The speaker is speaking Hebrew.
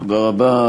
תודה רבה.